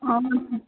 ऐं